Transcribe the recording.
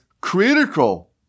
critical